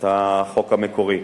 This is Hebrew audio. את החוק המקורי,